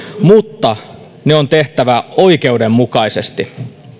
mutta ne on tehtävä oikeudenmukaisesti